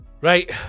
Right